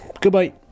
Goodbye